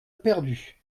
perdu